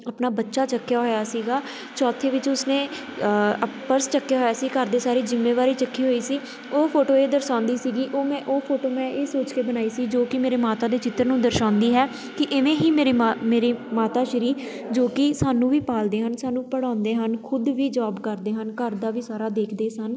ਆਪਣਾ ਬੱਚਾ ਚੱਕਿਆ ਹੋਇਆ ਸੀਗਾ ਚੌਥੇ ਵਿੱਚ ਉਸਨੇ ਪਰਸ ਚੱਕਿਆ ਹੋਇਆ ਸੀ ਘਰ ਦੀ ਸਾਰੀ ਜਿੰਮੇਵਾਰੀ ਚੱਕੀ ਹੋਈ ਸੀ ਉਹ ਫੋਟੋ ਇਹ ਦਰਸਾਉਂਦੀ ਸੀਗੀ ਉਹ ਮੈਂ ਉਹ ਫੋਟੋ ਮੈਂ ਇਹ ਸੋਚ ਕੇ ਬਣਾਈ ਸੀ ਜੋ ਕਿ ਮੇਰੇ ਮਾਤਾ ਦੇ ਚਿੱਤਰ ਨੂੰ ਦਰਸਾਉਂਦੀ ਹੈ ਕਿ ਇਵੇਂ ਹੀ ਮੇਰੇ ਮਾਂ ਮੇਰੇ ਮਾਤਾ ਸ਼੍ਰੀ ਜੋ ਕਿ ਸਾਨੂੰ ਵੀ ਪਾਲਦੇ ਹਨ ਸਾਨੂੰ ਪੜ੍ਹਾਉਂਦੇ ਹਨ ਖੁਦ ਵੀ ਜੋਬ ਕਰਦੇ ਹਨ ਘਰ ਦਾ ਵੀ ਸਾਰਾ ਦੇਖਦੇ ਸਨ